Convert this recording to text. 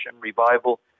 revival